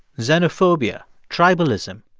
xenophobia, tribalism.